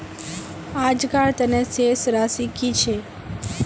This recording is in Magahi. आजकार तने शेष राशि कि छे?